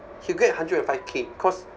he will get a hundred and five K cause